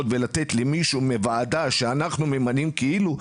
ולתת למישהו מהוועדה שאנחנו ממנים כאילו,